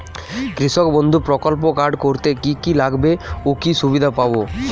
কৃষক বন্ধু প্রকল্প কার্ড করতে কি কি লাগবে ও কি সুবিধা পাব?